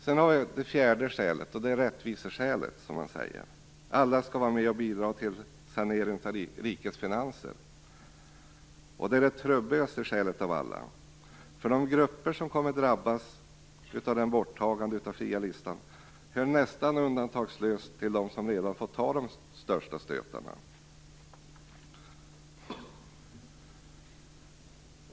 För det fjärde finns rättviseskälet, som man kallar det. Alla skall vara med och bidra till sanering av rikets finanser. Detta är det trubbigaste skälet av alla. De grupper som kommer att drabbas av borttagandet av den fria listan hör nämligen nästan undantagslöst till dem som redan fått ta de största stötarna.